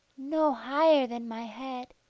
no higher than my head.